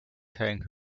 teng